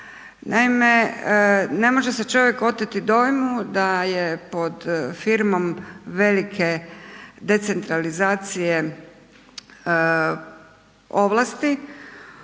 Naime, ne može se čovjek oteti dojmu da je pod firmom velike decentralizacije ovlasti